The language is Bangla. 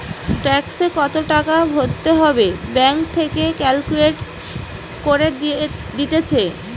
ট্যাক্সে কত টাকা ভরতে হবে ব্যাঙ্ক থেকে ক্যালকুলেট করে দিতেছে